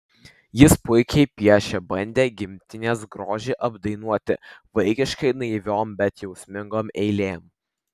jis puikiai piešė bandė gimtinės grožį apdainuoti vaikiškai naiviom bet jausmingom eilėm